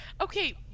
Okay